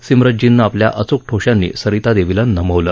सिम्रनजीतनं आपल्या अचूक ठोश्यांनी सरिता देवीला नमवलं